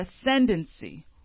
ascendancy